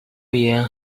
young